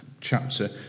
chapter